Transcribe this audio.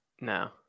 No